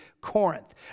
Corinth